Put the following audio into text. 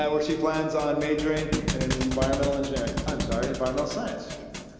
um where she plans on majoring in environmental engineering, i'm sorry, environmental science. yes.